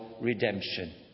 redemption